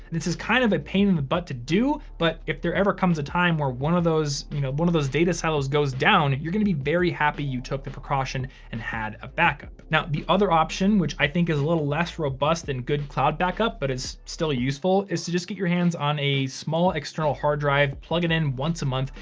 this is kind of a pain in the butt to do, but if there ever comes a time where one of those you know data silos goes down, you're gonna be very happy you took the precaution and had a backup. now the other option, which i think is a little less robust than good cloud backup, but it's still useful is to just get your hands on a small external hard drive, plug it in once a month,